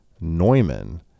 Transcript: Neumann